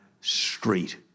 street